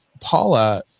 Paula